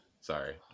Sorry